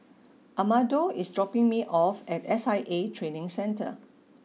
Amado is dropping me off at S I A Training Centre